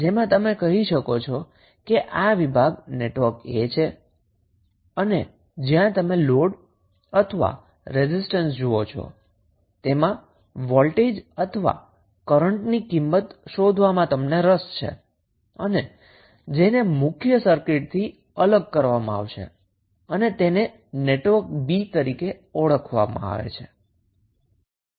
જેમાં તમે કહી શકો છો કે આ વિભાગ નેટવર્ક A છે અને જ્યાં તમે લોડ અથવા રેઝિસ્ટન્સ જુઓ છો જેમાં વોલ્ટેજ અથવા કરન્ટની કિંમત શોધવામાં તમને રસ છે અને જેને મુખ્ય સર્કિટથી અલગ કરવામાં આવશે અને તેને નેટવર્ક B તરીકે ઓળખવામાં આવે છે